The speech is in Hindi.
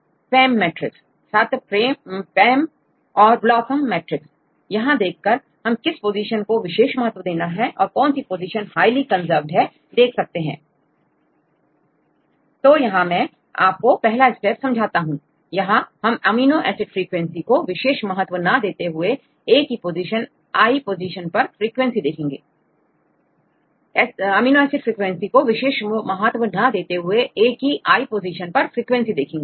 PAM मैट्रिक्स छात्र PAM या BLOSUM मैट्रिक्स यहां देख कर हम किस पोजीशन को विशेष महत्व देना है या कौन सी पोजीशन हाईली कंजर्व्ड है देख सकते हैं तो यहां मैं आपको पहला स्टेप समझाता हूं यहां हम अमीनो एसिड फ्रिकवेंसी को विशेष महत्व ना देते हुए a की i पोजीशन पर फ्रीक्वेंसी देखें